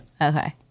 Okay